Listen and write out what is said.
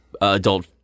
adult